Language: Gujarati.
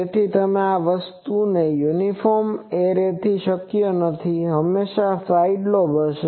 તેથી આ વસ્તુઓ યુનિફોર્મ એરેથી શક્ય નથી હંમેશા ત્યાં સાઈડ લોબ હશે